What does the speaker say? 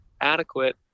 adequate